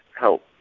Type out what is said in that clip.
help